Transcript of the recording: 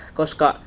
koska